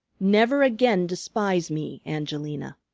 never again despise me, angelina.